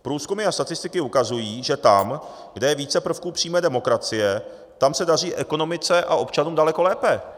Průzkumy a statistiky ukazují, že tam, kde je více prvků přímé demokracie, tam se daří ekonomice a občanům daleko lépe.